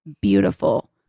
beautiful